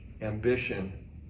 ambition